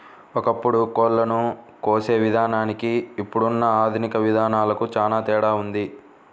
ఒకప్పుడు కోళ్ళను కోసే విధానానికి ఇప్పుడున్న ఆధునిక విధానాలకు చానా తేడా ఉంది